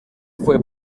fue